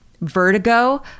vertigo